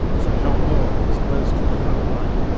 sir john moore was close to the front line,